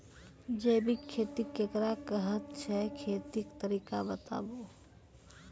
जैबिक खेती केकरा कहैत छै, खेतीक तरीका बताऊ?